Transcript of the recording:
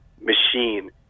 machine